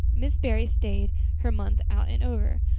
miss barry stayed her month out and over.